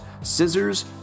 scissors